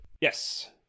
Yes